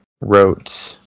wrote